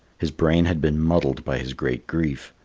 his brain had been muddled by his great grief.